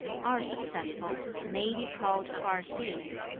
are successful, may be called farseeing